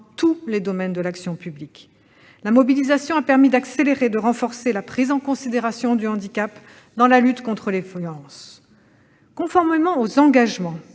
dans tous les domaines de l'action publique. La mobilisation a permis d'accélérer et de renforcer la prise en considération du handicap dans la lutte contre les violences. Conformément aux engagements